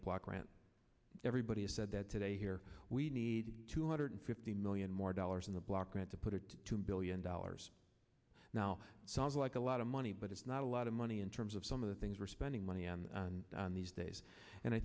grant everybody has said that today here we need two hundred fifty million more dollars in the block grant to put a two billion dollars now sounds like a lot of money but it's not a lot of money in terms of some of the things we're spending money on on these days and i